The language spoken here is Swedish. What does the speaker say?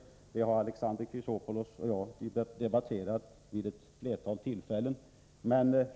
Dessa frågor har Alexander Chrisopoulos och jag debatterat vid flera tillfällen.